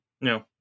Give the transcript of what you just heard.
No